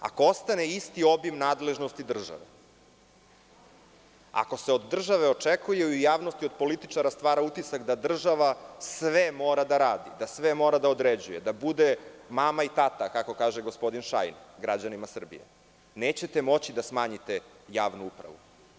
Ako ostane isti obim nadležnosti države, ako se od države očekuje i u javnosti od političara stvara utisak da država mora sve da radi, da sve mora da određuje, da bude mama i tata, kako kaže gospodin Šajn građanima Srbije, nećete moći da smanjite javnu upravu.